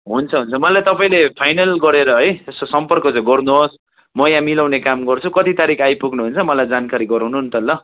हुन्छ हुन्छ मलाई तपाईँले फाइनल गरेर है यसो सम्पर्क चाहिँ गर्नु होस् म यहाँ मिलाउने काम गर्छु कति तारिख आइपुग्नु हुन्छ मलाई जानकारी गराउनु नि त ल